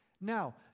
Now